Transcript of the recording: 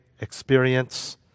experience